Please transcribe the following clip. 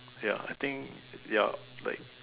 ya I think ya like